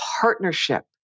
partnership